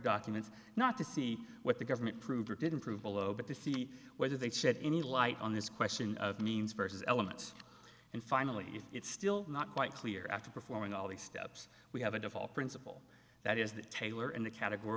documents not to see what the government proved or didn't prove below but to see whether they said any light on this question of means versus elements and finally it's still not quite clear after performing all the steps we have a default principle that is the taylor and the categor